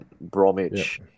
Bromwich